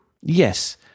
Yes